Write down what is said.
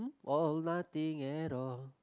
all or nothing at all